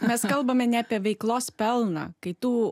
mes kalbame ne apie veiklos pelną kai tu